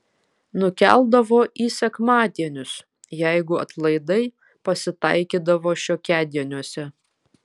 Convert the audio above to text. nukeldavo į sekmadienius jeigu atlaidai pasitaikydavo šiokiadieniuose